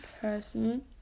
person